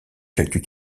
quelques